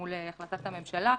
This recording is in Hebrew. למול החלטת הממשלה.